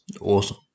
awesome